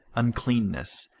uncleanness,